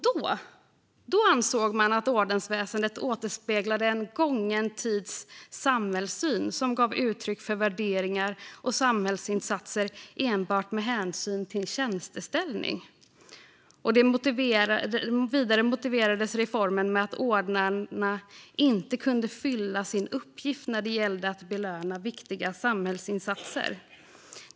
Då ansåg man att ordensväsendet återspeglade en gången tids samhällssyn som gav uttryck för värderingar och samhällsinsatser enbart med hänsyn till tjänsteställning. Vidare motiverades reformen med att ordnarna inte kunde fylla sin uppgift när det gällde att belöna viktiga samhällsinsatser.